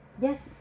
yes